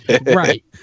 Right